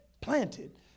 Planted